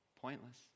pointless